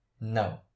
no